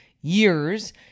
years